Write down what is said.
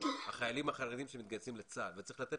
החיילים החרדים שמתגייסים לצה"ל וצריך לתת